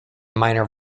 minor